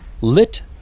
lit